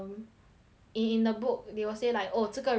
in the book they will say like oh 这个人 is do what